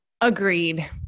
Agreed